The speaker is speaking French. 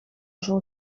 jour